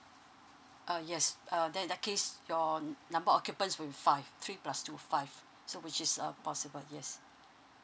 uh yes uh then in that case your number of occupants will be five three plus two five so which is uh possible yes